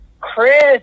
Chris